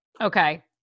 Okay